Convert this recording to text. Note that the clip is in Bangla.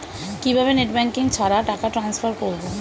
কিভাবে নেট ব্যাঙ্কিং ছাড়া টাকা টান্সফার করব?